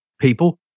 people